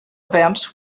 events